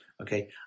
Okay